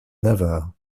navarre